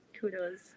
kudos